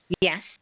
Yes